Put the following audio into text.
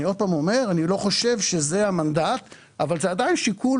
אני שוב אומר שאני לא חושב שזה המנדט אבל זה עדיין שיקול